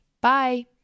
Bye